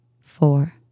four